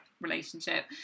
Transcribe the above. relationship